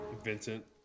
Vincent